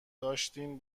داشتین